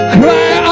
cry